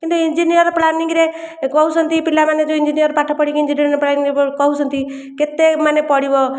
କିନ୍ତୁ ଇଂଜିନିୟର ଫ୍ଲାନିଙ୍ଗରେ କହୁଛନ୍ତି ପିଲାମାନେ ଯେଉଁ ଇଂଜିନିୟର ପାଠପଢ଼ି କରି ଇଂଜିନିୟର ପ୍ଲାନିଙ୍ଗରେ କହୁଛନ୍ତି କେତେ ମାନେ ପଡ଼ିବ